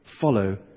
follow